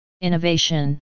Innovation